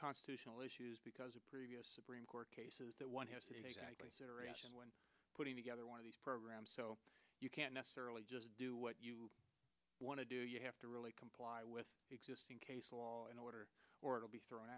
constitutional issues because a previous supreme court case is the one putting together one of these programs so you can't necessarily just do what you want to do you have to really comply with existing case law and order or it'll be thrown